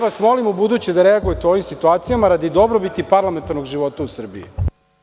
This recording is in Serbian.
Molim vas ubuduće da reagujete u ovim situacijama radi dobrobiti parlamentarnog života u Srbiji.